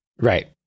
Right